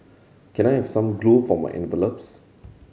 can I have some glue for my envelopes